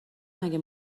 مگه